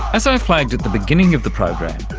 as i flagged at the beginning of the program,